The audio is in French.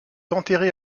enterrée